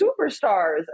superstars